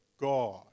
God